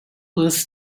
worse